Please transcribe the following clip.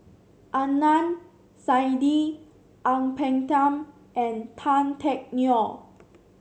Adnan Saidi Ang Peng Tiam and Tan Teck Neo